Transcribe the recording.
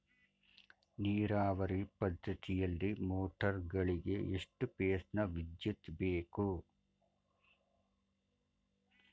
ನೀರಾವರಿ ಪದ್ಧತಿಯಲ್ಲಿ ಮೋಟಾರ್ ಗಳಿಗೆ ಎಷ್ಟು ಫೇಸ್ ನ ವಿದ್ಯುತ್ ಬೇಕು?